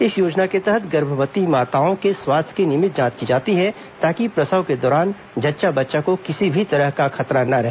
इस योजना के तहत गर्भवती माताओं के स्वास्थ्य की नियमित जांच की जाती है ताकि प्रसव के दौरान जच्चा बच्चा को किसी भी तरह का खतरा ना रहे